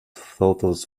photos